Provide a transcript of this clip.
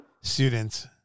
students